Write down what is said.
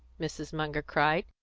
mrs. munger cried.